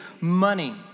money